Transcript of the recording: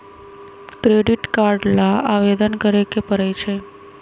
credit card ला आवेदन करे के परई छई